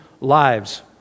lives